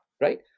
right